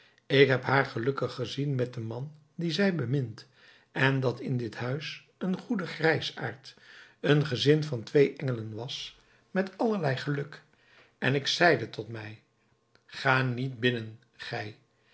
ik heb haar gelukkig gezien met den man dien zij bemint en dat in dit huis een goede grijsaard een gezin van twee engelen was met allerlei geluk en ik zeide tot mij ga niet binnen gij